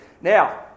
Now